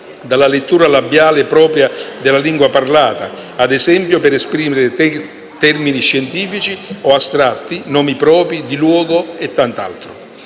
dalla lettura labiale propria della lingua parlata, ad esempio per esprimere termini scientifici o astratti, nomi propri, di luogo e molto altro.